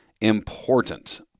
important